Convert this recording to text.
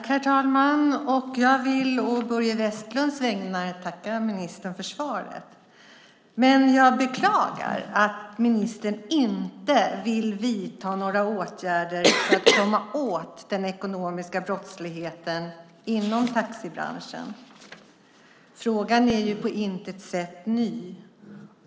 Herr talman! Jag vill å Börje Vestlunds vägnar tacka ministern för svaret, men jag beklagar att ministern inte vill vidta några åtgärder för att komma åt den ekonomiska brottsligheten inom taxibranschen. Frågan är på intet sätt ny.